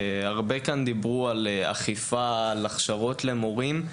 הרבה כאן דיברו על אכיפה ועל הכשרות למורים.